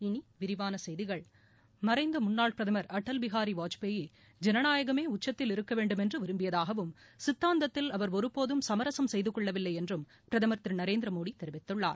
இனி விரிவான செய்திகள் மறைந்த முன்னாள் பிரதமர் அடல் பிகாரி வாஜ்பாய் ஜனநாயகமே உச்சத்தில் இருக்க வேண்டும் என்று விருப்பியதாகவும் சித்தாந்தத்தில் அவர் ஒருபோதும் சமரசும் செய்துகொள்ளவில்லை என்றும் பிரகமர் திரு நரேந்திர மோடி தெரிவித்துள்ளார்